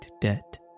debt